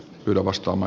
kyllä vastaamme